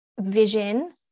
vision